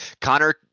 Connor